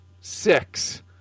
six